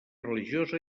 religiosa